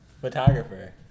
photographer